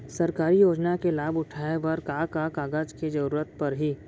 सरकारी योजना के लाभ उठाए बर का का कागज के जरूरत परही